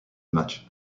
match